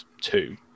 two